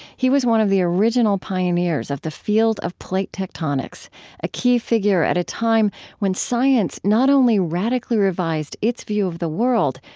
he was one of the original pioneers of the field of plate tectonics a key figure at a time when science not only radically revised its view of the world,